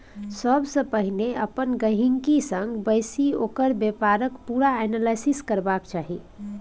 सबसँ पहिले अपन गहिंकी संग बैसि ओकर बेपारक पुरा एनालिसिस करबाक चाही